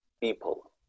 people